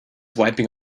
wiping